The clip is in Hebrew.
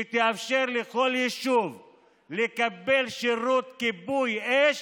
שתאפשר לכל יישוב לקבל שירות כיבוי אש